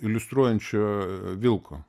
iliustruojančio vilko